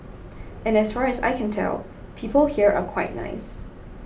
and as far as I can tell people here are quite nice